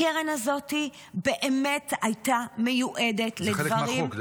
הקרן הזאת באמת הייתה מיועדת לדברים --- זה חלק מהחוק,